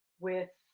with